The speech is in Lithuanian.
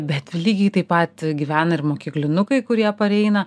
bet lygiai taip pat gyvena ir mokyklinukai kurie pareina